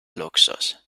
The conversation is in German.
luxus